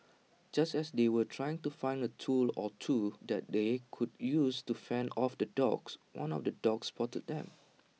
just as they were trying to find A tool or two that they could use to fend off the dogs one of the dogs spotted them